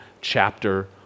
chapter